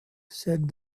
said